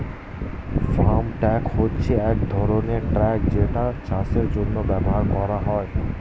farm truck হচ্ছে এক ধরনের ট্রাক যেটা চাষের জন্য ব্যবহার করা হয়